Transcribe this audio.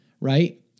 right